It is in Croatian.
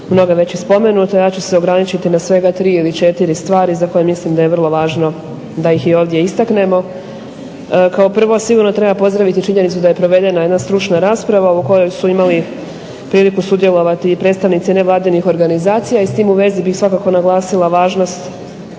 mnoge već i spomenute a ja ću se ograničiti na svega 3 ili 4 stvari za koje mislim da je vrlo važno da ih ovdje istaknemo. Kao prvo, sigurno treba pozdraviti činjenicu da je provedena jedna stručna rasprava u kojoj su imali priliku sudjelovati i predstavnici nevladinih organizacija i s tim u vezi bih svakako naglasila važnost